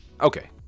Okay